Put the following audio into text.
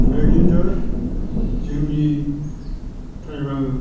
ओमफ्राय खिन्थु जोंनि ट्राइबेल